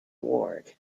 ward